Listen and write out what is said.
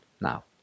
now